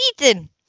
Ethan